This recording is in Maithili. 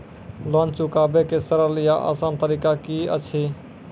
लोन चुकाबै के सरल या आसान तरीका की अछि?